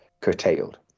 curtailed